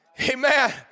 Amen